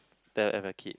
they have a kid